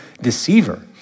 deceiver